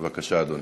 בבקשה, אדוני.